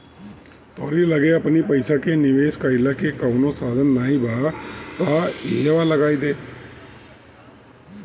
तोहरी लगे अपनी पईसा के निवेश कईला के कवनो साधन नाइ बा तअ इहवा लगा दअ